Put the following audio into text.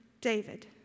David